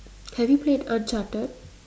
have you played earned charter